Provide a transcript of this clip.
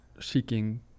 seeking